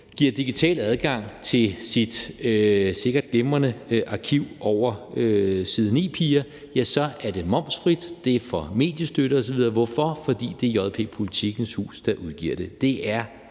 giver digital adgang til sit sikkert glimrende arkiv over side 9-piger, ja, så er det momsfrit, det får mediestøtte osv. Hvorfor? Fordi det er JP/Politikens Hus, der udgiver det.